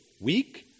weak